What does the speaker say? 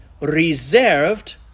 reserved